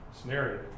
scenario